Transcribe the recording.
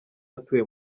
atuye